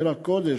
עיר הקודש,